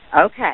Okay